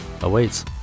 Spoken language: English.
awaits